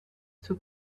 two